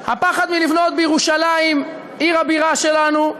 הפחד מלבנות בירושלים, עיר הבירה שלנו,